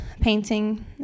painting